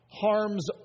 harms